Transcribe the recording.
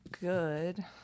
good